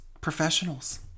professionals